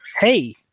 hey